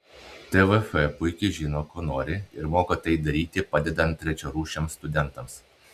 tvf puikiai žino ko nori ir moka tai daryti padedant trečiarūšiams studentams